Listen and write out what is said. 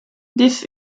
this